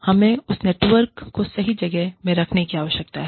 हमें उस नेटवर्क को सही जगह में रखने की आवश्यकता है